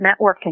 networking